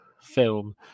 film